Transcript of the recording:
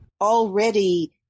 already